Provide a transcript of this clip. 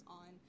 on